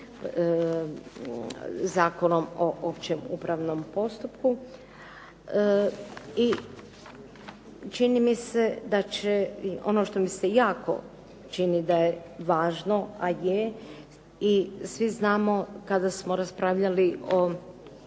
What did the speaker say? Zakonom o općem upravnom postupku. I čini mi se da će, ono što mi se jako čini da je jako važno, a je i svi znamo kada smo raspravljali o